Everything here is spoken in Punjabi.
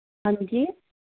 ਹਾਂਜੀ